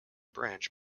branch